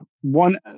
one